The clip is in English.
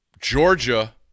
Georgia